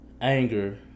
anger